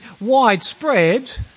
widespread